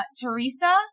Teresa